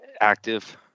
active